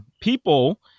People